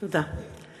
תודה.